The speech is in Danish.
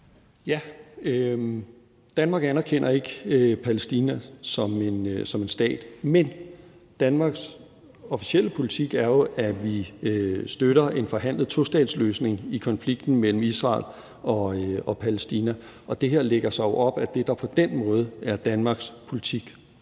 Danmark anerkender ikke Palæstina som en stat, men Danmarks officielle politik er jo, at vi støtter en forhandlet tostatsløsning i konflikten mellem Israel og Palæstina, og det her lægger sig op ad det, der på den måde er Danmarks politik.